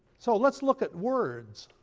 so let's look at words.